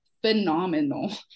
phenomenal